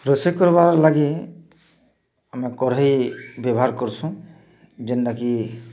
ରୋଷଇ କର୍ବାର୍ଲାଗି ଆମେ କରେଇ ବ୍ୟବହାର୍ କର୍ସୁଁ ଯେନ୍ତା କି